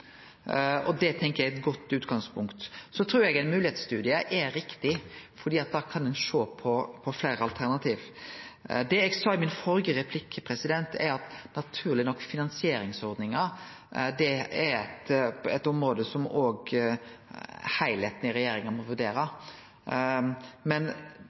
Det tenkjer eg er eit godt utgangspunkt. Så trur eg at ein moglegheitsstudie er riktig, for da kan ein sjå på fleire alternativ. Det eg sa i den førre replikken min, er at finansieringsordningar naturleg nok er eit område som òg regjeringa som heilskap må vurdere. Men